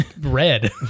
red